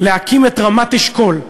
להקים את רמת-אשכול,